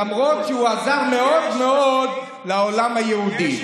למרות שהוא עזר מאוד מאוד לעולם היהודי.